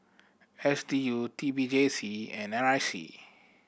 S D U T P J C and N R I C